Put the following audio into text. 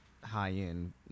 high-end